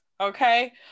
okay